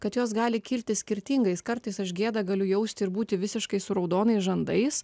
kad jos gali kilti skirtingai kartais aš gėdą galiu jausti ir būti visiškai su raudonais žandais